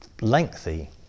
lengthy